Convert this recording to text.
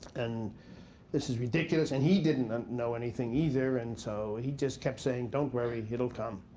and this is ridiculous. and he didn't know anything either. and so he just kept saying, don't worry, it'll come.